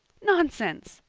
nonsense!